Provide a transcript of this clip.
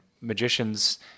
magicians